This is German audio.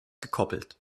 gekoppelt